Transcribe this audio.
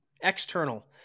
external